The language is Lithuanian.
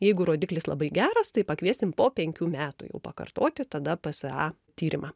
jeigu rodiklis labai geras tai pakviesim po penkių metų jau pakartoti tada psa tyrimą